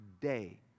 day